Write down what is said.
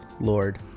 lord